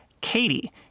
Katie